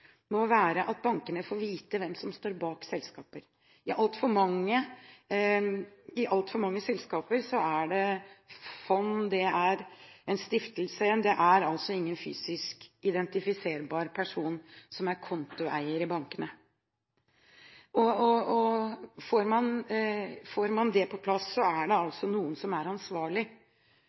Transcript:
må være at bankene får vite hvem som står bak selskaper. I altfor mange selskaper er det fond, en stiftelse – det er ingen fysisk identifiserbar person som er kontoeier i bankene. Får man det på plass, er det noen som er ansvarlig.